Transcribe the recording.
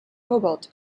cobalt